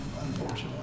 unfortunately